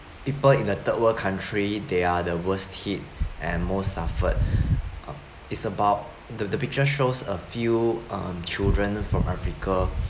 people in the third world country they are the worst hit and most suffered its about the the picture shows a few uh children from africa